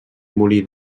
molí